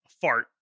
fart